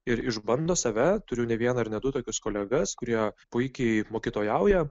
ir išbando save turiu ne vieną ar ne du tokius kolegas kurie puikiai mokytojauja